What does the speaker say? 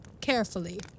carefully